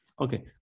Okay